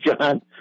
john